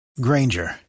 Granger